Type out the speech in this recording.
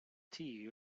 tea